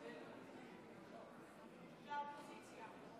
הצעת החוק לתיקון פקודת הראיות (הסרת חיסיון),